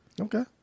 Okay